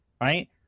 Right